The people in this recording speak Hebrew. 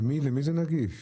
למי זה נגיש?